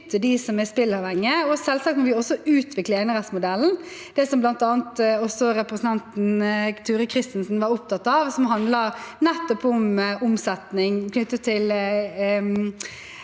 og selvsagt må vi også utvikle enerettsmodellen. Noe som bl.a. også representanten Turid Kristensen var opptatt av, handlet nettopp om omsetning